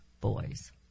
boys